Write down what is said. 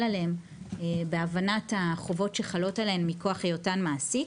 עליהם בהבנת החובות שחלות עליהם מכוח היותם מעסיק.